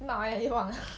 骂 liao 一忘